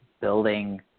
building